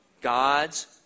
God's